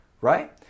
right